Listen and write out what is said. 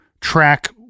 track